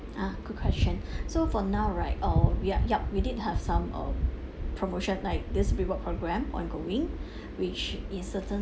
ah good question so for now right uh yup yup we did have some um promotion like this reward program ongoing which in certain